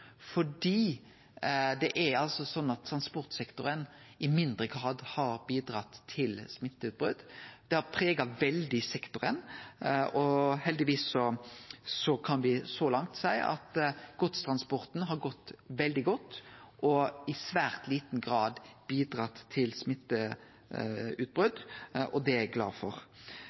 fordi han i mindre grad har bidratt til smitteutbrot. Det har prega sektoren veldig. Heldigvis kan me så langt seie at godstransporten har gått veldig godt og i svært liten grad bidratt til smitteutbrot, og det er eg glad for.